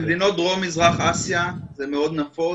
במדינות דרום מזרח אסיה זה מאוד נפוץ.